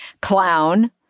clown